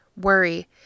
worry